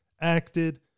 acted